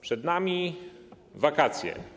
Przed nami wakacje.